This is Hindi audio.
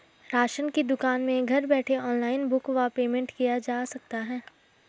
राशन की दुकान में घर बैठे ऑनलाइन बुक व पेमेंट किया जा सकता है?